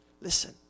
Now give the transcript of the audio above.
Listen